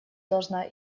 должна